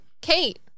kate